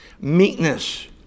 Meekness